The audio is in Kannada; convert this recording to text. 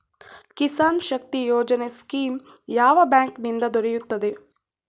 ಕಿಸಾನ್ ಶಕ್ತಿ ಯೋಜನೆ ಸ್ಕೀಮು ಯಾವ ಬ್ಯಾಂಕಿನಿಂದ ದೊರೆಯುತ್ತದೆ?